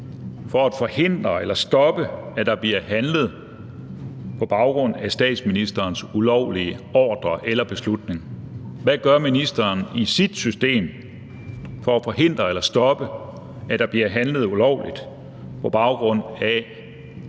for at forhindre eller stoppe, at der bliver handlet på baggrund af statsministerens ulovlige ordre eller beslutning? Hvad gør ministeren i sit system for at forhindre eller stoppe, at der bliver handlet ulovligt på baggrund af